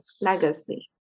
legacy